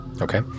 Okay